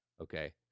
okay